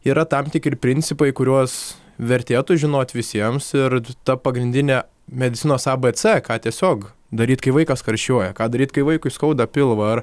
yra tam tikri principai kuriuos vertėtų žinoti visiems ir ta pagrindinė medicinos a b c ką tiesiog daryt kai vaikas karščiuoja ką daryt kai vaikui skauda pilvą ar